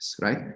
right